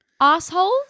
assholes